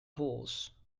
horse